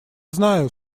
знаю